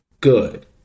good